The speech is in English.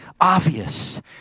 obvious